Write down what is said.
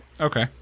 Okay